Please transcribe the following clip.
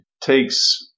takes